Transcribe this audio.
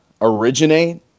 originate